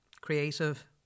creative